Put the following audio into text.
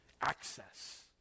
Access